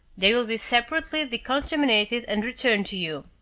they will be separately decontaminated and returned to you.